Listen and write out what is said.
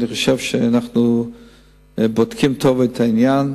אני חושב שאנחנו בודקים טוב את העניין.